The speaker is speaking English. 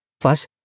Plus